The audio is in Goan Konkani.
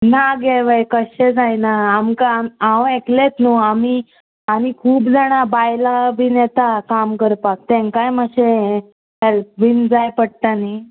ना गे बाय कशें जायना आमकां हांव एकलेत न्हू आमी आनी खूब जाणां बायलां बीन येता काम करपाक तेंकाय मातशें हें हॅल्प बीन जाय पडटा न्ही